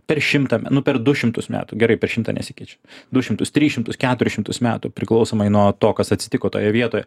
per šimtą me nu per du šimtus metų gerai per šimtą nesikeičia du šimtus tris šimtus keturis šimtus metų priklausomai nuo to kas atsitiko toje vietoje